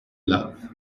love